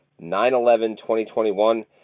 9-11-2021